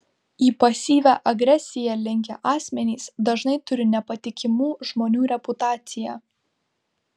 į pasyvią agresiją linkę asmenys dažnai turi nepatikimų žmonių reputaciją